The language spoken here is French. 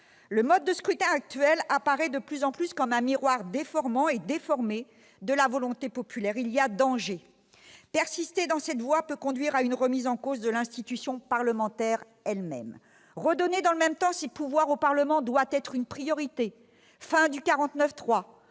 Le mode de scrutin actuel apparaît de plus en plus comme un miroir déformant et déformé de la volonté populaire. Il y a danger. Persister dans cette voie peut conduire à une remise en cause de l'institution parlementaire elle-même. Redonner dans le même temps ses pouvoirs au Parlement doit être une priorité : fin du 49-3,